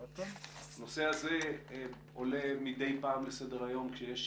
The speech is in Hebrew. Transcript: הנושא הזה עולה מדי פעם לסדר היום כשיש